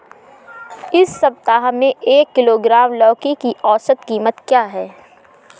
इस सप्ताह में एक किलोग्राम लौकी की औसत कीमत क्या है?